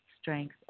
strength